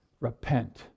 repent